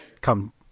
come